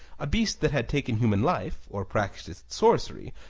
a beast that had taken human life, or practiced sorcery,